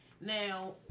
Now